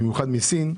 במיוחד מסין,